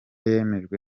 yemejwe